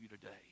today